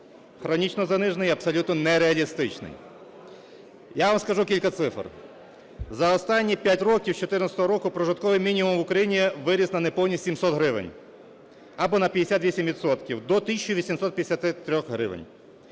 хронічно занижений і абсолютно нереалістичний. Я вам скажу кілька цифр. За останні 5 років з 14-го року прожитковий мінімум в Україні виріс на неповні 700 гривень, або на 58 відсотків,